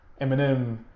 Eminem